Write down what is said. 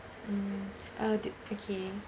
mm uh do okay